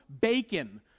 Bacon